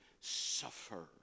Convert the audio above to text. suffer